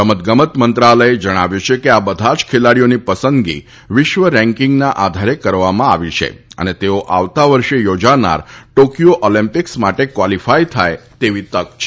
રમત ગમત મંત્રાલયે જણાવ્યું છે કે આ બધા જ ખેલાડીઓની પસંદગી વિશ્વ રેકીંગના આધારે કરવામાં આવી છે અને તેઓ આવતા વર્ષે યોજાનાર ટોકીયો ઓલમ્પીકસ માટે કવોલીફાય થાય તેવી તક છે